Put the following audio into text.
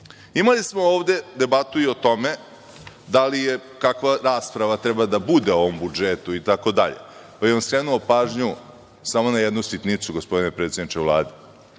smo ovde debatu i o tome kakva rasprava treba da bude o ovom budžetu itd, pa bih vam skrenuo pažnju samo na jednu sitnicu, gospodine predsedniče Vlade.